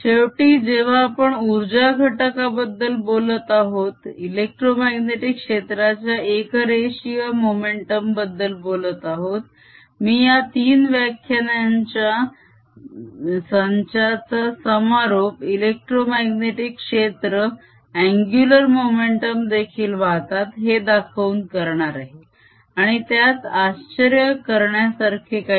शेवटी जेव्हा आपण उर्जा घटकाबद्दल बोलत आहोत इलेक्ट्रोमाग्नेटीक क्षेत्राच्या एकरेषीय मोमेंटम बद्दल बोलत आहोत मी या तीन व्याख्यानांच्या संचांचा समारोप इलेक्ट्रोमाग्नेटीक क्षेत्र अन्गुलर मोमेंटम देखील वाहतात हे दाखवून करणार आहे आणि त्यात आश्चर्य करण्यासारखे काही नाही